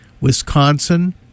Wisconsin